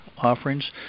offerings